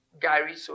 Gary